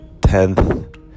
tenth